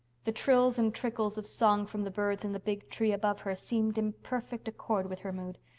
the trills and trickles of song from the birds in the big tree above her seemed in perfect accord with her mood.